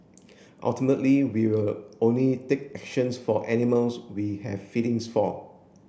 ultimately we will only take actions for animals we have feelings for